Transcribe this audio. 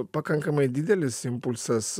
pakankamai didelis impulsas